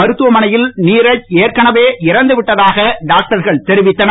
மருத்துவமனையில் நீரத் ஏற்கனவே இறந்து விட்டதாக டாக்டர்கள் தெரிவித்தனர்